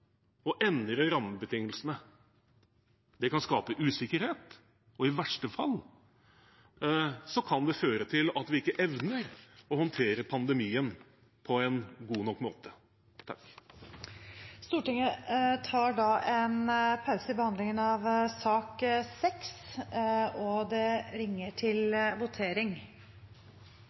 å endre rammebetingelsene. Det kan skape usikkerhet, og i verste fall kan det føre til at vi ikke evner å håndtere pandemien på en god nok måte. Stortinget tar da en pause i behandlingen av sak nr. 6, og det ringes til votering.